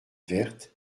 verte